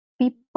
people